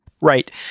Right